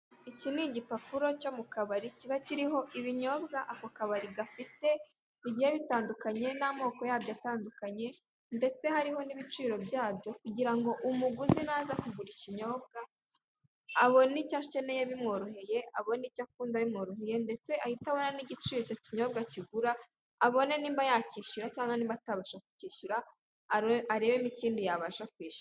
Iki ni igipapuro cyo mu kabari kiba kiriho ibinyobwa ako kabari gafite, bigiye bitandukanye n'amoko yabyo atandukanye ndetse hariho n'ibiciro byabyo kugira ngo umuguzi naza kugura ikinyobwa abone icyo akeneye bimworoheye, abone icyo akunda bimworoheye ndetse ahite abona n'igiciro icyo kinyobwa kigura, abone nimba yacyishyura cyangwa nimba atabasha kucyishyura, arebemo ikindi yabasha kwishyura.